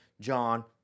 John